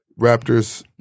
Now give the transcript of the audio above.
Raptors